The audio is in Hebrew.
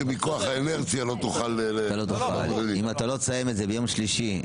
מכוח האינרציה לא תוכל --- אם לא תסיים את המושב ביום שלישי,